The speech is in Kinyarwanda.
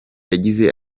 yagize